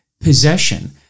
possession